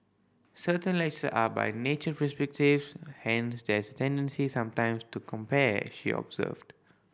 certain lecture are by nature prescriptive hence there's a tendency sometime to compare she observed